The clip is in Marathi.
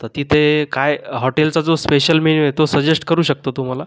तर तिथे काय हॉटेलचा जो स्पेशल मेयू आहे तो सजेस्ट करू शकतो तू मला